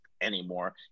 anymore